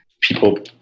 people